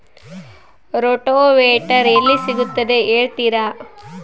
Rotavator ಎಲ್ಲಿ ಸಿಗುತ್ತದೆ ಹೇಳ್ತೇರಾ?